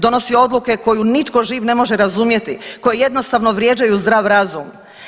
Donosi odluke koju nitko živ ne može razumjeti, koji jednostavno vrijeđaju zdrav razum.